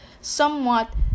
somewhat